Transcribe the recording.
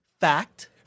Fact